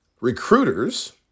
recruiters